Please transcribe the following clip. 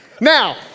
Now